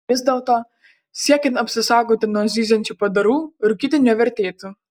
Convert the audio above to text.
vis dėlto siekiant apsisaugoti nuo zyziančių padarų rūkyti nevertėtų